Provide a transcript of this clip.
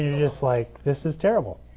just like this is terrible.